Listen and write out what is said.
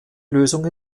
lösung